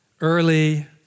early